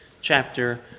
chapter